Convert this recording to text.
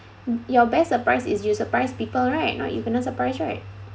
your best surprise is you surprise people right not you kena surprise right